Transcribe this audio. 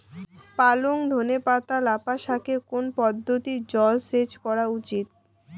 পালং ধনে পাতা লাফা শাকে কোন পদ্ধতিতে জল সেচ করা উচিৎ?